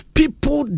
people